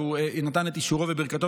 שנתן אתמול את אישורו וברכתו,